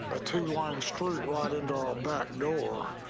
a two line street rod and our back door.